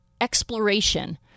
exploration